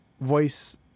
voice